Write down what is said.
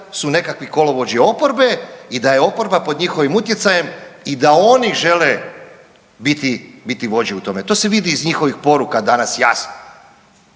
su nekakvi kolovođi oporbe i da je oporba pod njihovim utjecajem i da oni žele biti, biti vođe u tome. To se vidi iz njihovih poruka danas jasno,